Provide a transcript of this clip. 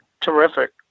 Terrific